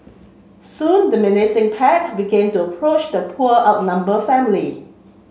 soon the menacing pack began to approach the poor out number family